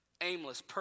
aimless